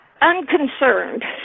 unconcerned